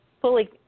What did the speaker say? fully